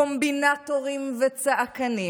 קומבינטורים וצעקנים,